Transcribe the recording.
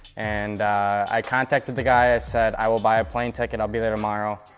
and i contacted the guy. i said, i will buy a plane ticket. i'll be there tomorrow.